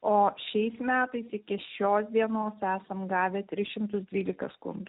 o šiais metais iki šios dienos esam gavę tris šimtus dvylika skundų